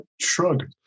shrug